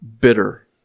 bitter